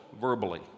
verbally